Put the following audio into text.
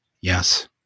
Yes